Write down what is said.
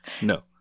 No